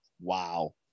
Wow